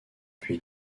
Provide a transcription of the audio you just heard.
puis